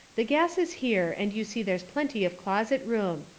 the gas is here and you see there's plenty of closet room.